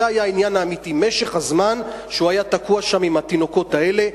זה היה העניין האמיתי: משך הזמן שהוא היה תקוע שם עם התינוקות האלה.